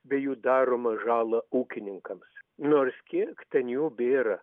bei jų daromą žalą ūkininkams nors kiek ten jų bėra